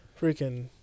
freaking